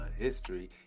history